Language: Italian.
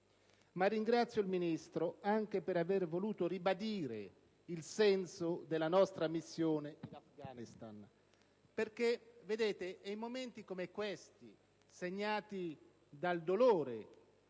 Ma ringrazio il Ministro anche per aver voluto ribadire il senso della nostra missione in Afghanistan. Vedete, è in momenti come questi, segnati dal dolore